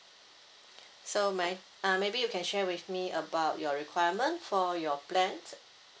so may I uh maybe you can share with me about your requirement for your plans